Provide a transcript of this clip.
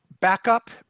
backup